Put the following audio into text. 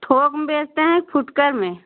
थोक में बेचते हैं कि फुटकर में